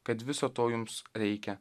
kad viso to jums reikia